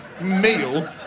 meal